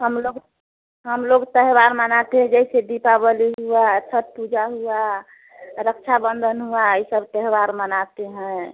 हम लोग हम लोग त्यौहार मनाते हैं जैसे दीपावली हुआ छठ पूजा हुआ रक्षा बंधन हुआ ई सब त्यौहार मनाते हैं